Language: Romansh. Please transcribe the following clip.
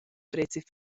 prezi